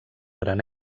gran